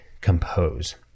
Compose